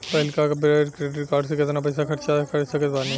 पहिलका बेर credit card से केतना पईसा खर्चा कर सकत बानी?